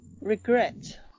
regret